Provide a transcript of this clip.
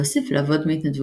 והוסיף לעבוד בהתנדבות.